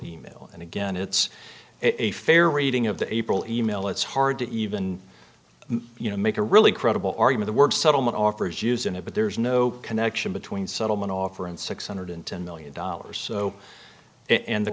email and again it's a fair reading of the april e mail it's hard to even you know make a really credible or even the word settlement offers use in it but there's no connection between settlement offer and six hundred ten million dollars so in the